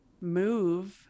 move